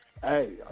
Hey